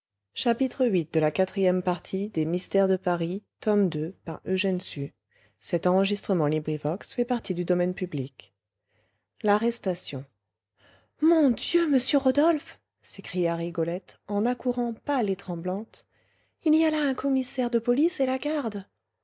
viii l'arrestation mon dieu monsieur rodolphe s'écria rigolette en accourant pâle et tremblante il y a là un commissaire de police et la garde